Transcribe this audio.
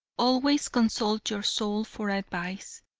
always consult your soul for advice,